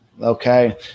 Okay